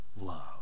love